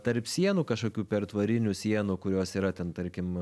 tarp sienų kažkokių pertvarinių sienų kurios yra ten tarkim